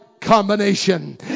combination